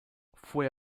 fue